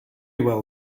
well